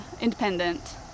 independent